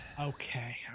okay